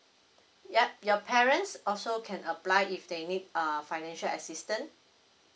yup your parents also can apply if they need err financial assistance